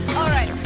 alright.